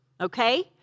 okay